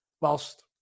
whilst